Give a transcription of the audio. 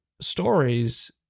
stories